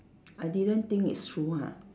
I didn't think it's true ha